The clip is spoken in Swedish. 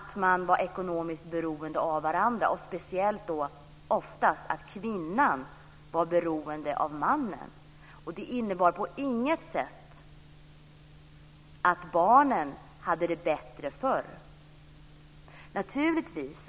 Man var ekonomiskt beroende av varandra. Oftast var kvinnan beroende av mannen. Det innebar på inget sätt att barnen hade det bättre förr.